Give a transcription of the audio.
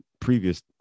previous